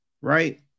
right